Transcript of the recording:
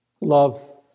Love